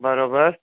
बराबरि